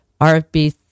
RFB